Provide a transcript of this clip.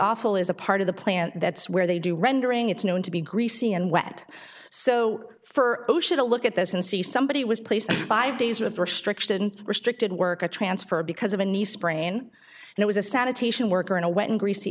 awful is a part of the plant that's where they do rendering it's known to be greasy and wet so for osha to look at this and see somebody was placed in five days of restriction restricted work a transfer because of a nice brain it was a sanitation worker in a wet and greasy